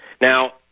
Now